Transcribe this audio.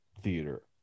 theater